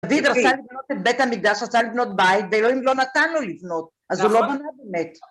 דוד רצה לבנות את בית המקדש, רצה לבנות בית, ואלוהים לא נתן לו לבנות, אז הוא לא בנה באמת.